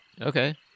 Okay